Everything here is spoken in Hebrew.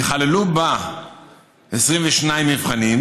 וייכללו בה 22 מבחנים,